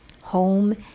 Home